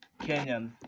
kenyan